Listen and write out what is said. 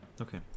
Okay